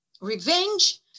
Revenge